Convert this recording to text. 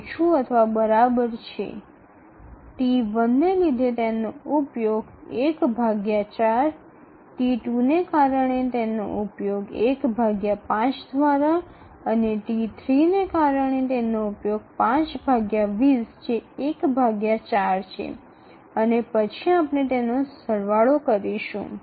T1 ને લીધે તેનો ઉપયોગ ૧ ભાગ્યા ૪ T2 ને કારણે તેનો ઉપયોગ ૧ ભાગ્યા ૫ દ્વારા અને T3 ને કારણે તેનો ઉપયોગ ૫ ભાગ્યા ૨0 જે ૧ ભાગ્યા ૪ છે અને પછી આપણે તેનો સરવાળો કરીશું